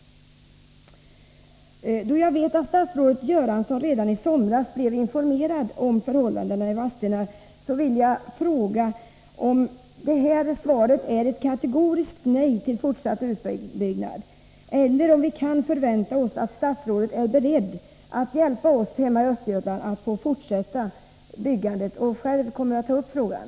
Då jag vet att statsrådet Göransson redan i somras blev informerad om förhållandena i Vadstena, vill jag fråga om detta svar är ett kategoriskt nej till fortsatt utbyggnad eller om vi kan förvänta oss att statsrådet är beredd att hjälpa oss hemma i Östergötland att få fortsätta byggandet. Jag kommer själv att ta upp frågan.